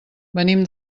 venim